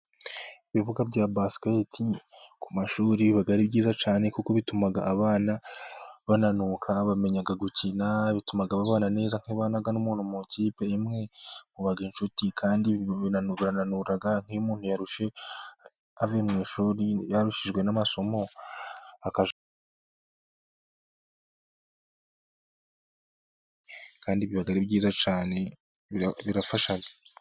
Ibibuga bya basiketi ku mashuri biba ari byiza cyane kuko bituma abana bamenya gukina. Bituma babana neza kuko iyo ubana n'umuntu mu ikipe imwe muba inshuti kandi birananura, nk'iyo umuntu avuye mu ishuri yananijwe n'amasomo... Biba byiza cyane birafasha.